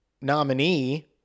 nominee